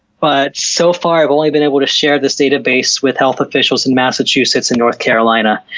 but so far i've only been able to share this database with health officials in massachusetts and north carolina.